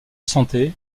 santé